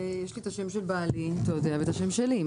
יש את שם בעלי, אתה יודע, ואת השם שלי.